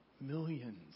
Millions